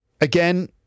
Again